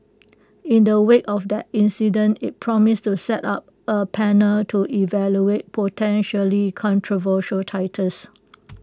in the wake of that incident IT promised to set up A panel to evaluate potentially controversial titles